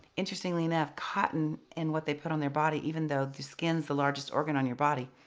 interestingly enough, cotton, and what they put on their body, even though the skin's the largest organ on your body,